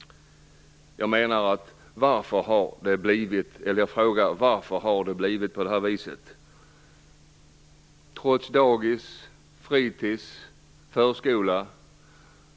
Varför har det blivit på det här viset, trots dagis, fritis och förskola?